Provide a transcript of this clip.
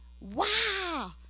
Wow